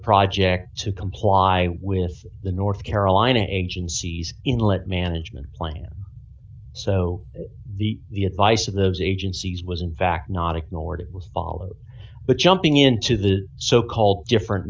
project to comply with the north carolina agency's inlet management plan so the the advice of those agencies was in fact not acknowledged it was followed but jumping into the so called different